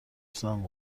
حسن